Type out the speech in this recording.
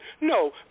No